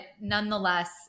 nonetheless